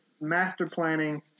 master-planning